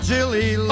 Jilly